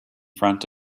front